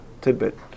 tidbit